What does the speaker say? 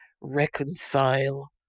reconcile